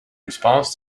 response